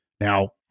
Now